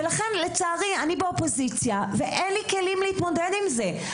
ולכן לצערי אני באופוזיציה ואין לי כלים להתמודד עם זה.